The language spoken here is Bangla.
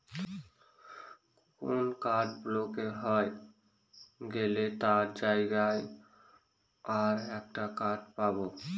কোন কার্ড ব্লক হয়ে গেলে তার জায়গায় আর একটা কার্ড পাবো